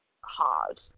hard